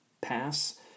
PASS